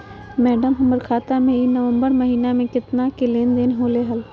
madam, हमर खाता में ई नवंबर महीनमा में केतना के लेन देन होले है